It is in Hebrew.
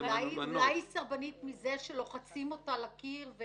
אולי היא סרבנית מזה שלוחצים אותה לקיר.